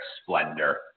splendor